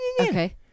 Okay